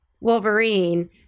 Wolverine